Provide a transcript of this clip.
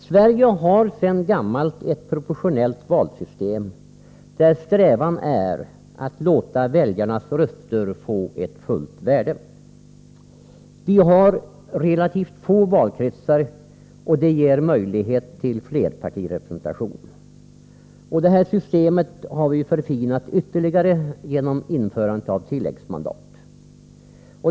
Sverige har sedan gammalt ett proportionellt valsystem, där strävan är att låta väljarnas röster få ett fullt värde. Vi har relativt få valkretsar, vilket ger möjlighet till flerpartirepresentation. Systemet förfinades ytterligare genom införandet av tilläggsmandat.